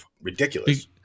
Ridiculous